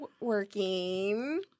working